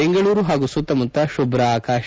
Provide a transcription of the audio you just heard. ಬೆಂಗಳೂರು ಪಾಗೂ ಸುತ್ತಮುತ್ತ ಶುಭ್ರ ಆಕಾಶ